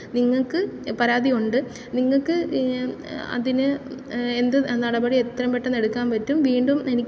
നിങ്ങൾക്ക് പരാതിയുണ്ട് നിങ്ങൾക്ക് അതിന് എന്ത് നടപടി എത്രയും പെട്ടെന്ന് എടുക്കാൻ പറ്റും വീണ്ടും എനിക്ക്